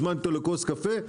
הזמנתי אותו לכוס קפה,